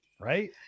right